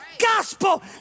gospel